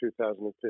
2015